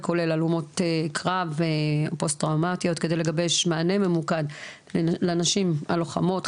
וכולל הלומות קרב ופוסט טראומטיות כדי לגבש מענה ממוקד לנשים הלוחמות,